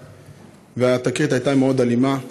והתקרית הייתה מאוד אלימה.